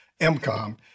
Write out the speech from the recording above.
MCOM